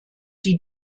die